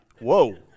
Whoa